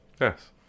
Yes